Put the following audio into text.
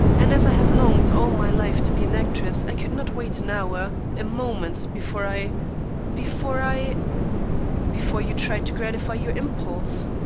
and as i have longed all my life to be an actress i could not wait an hour, a moment, before i before i before you tried to gratify your impulse.